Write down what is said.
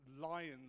lions